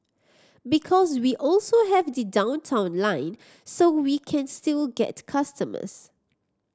because we also have the Downtown Line so we can still get customers